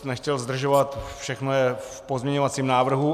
Nechtěl bych zdržovat, všechno je v pozměňovacím návrhu.